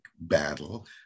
battle